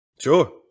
Sure